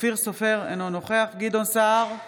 אופיר סופר, אינו נוכח גדעון סער,